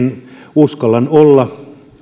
uskallan olla